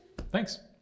Thanks